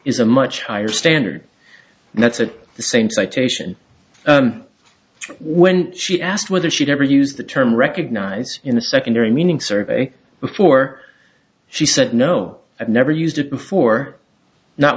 is a much higher standard and that's at the same citation when she asked whether she'd ever used the term recognize in a secondary meaning survey before she said no i've never used it before not